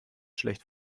schlecht